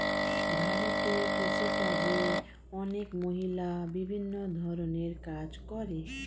ভারতে কৃষিকাজে অনেক মহিলা বিভিন্ন ধরণের কাজ করে